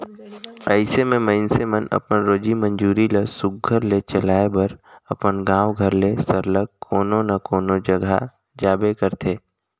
अइसे में मइनसे मन अपन रोजी मंजूरी ल सुग्घर ले चलाए बर अपन गाँव घर ले सरलग कोनो न कोनो जगहा जाबे करथे